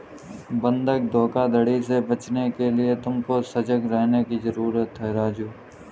बंधक धोखाधड़ी से बचने के लिए तुमको सजग रहने की जरूरत है राजु